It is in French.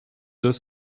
deux